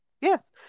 Yes